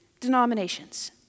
denominations